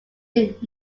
did